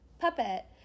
puppet